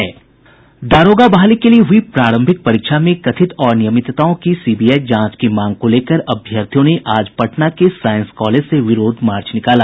दारोगा बहाली के लिए हुई प्रारंभिक परीक्षा में कथित अनियमितताओं की सीबीआई जांच की मांग को लेकर अभ्यर्थियों ने आज पटना के साइंस कॉलेज से विरोध मार्च निकाला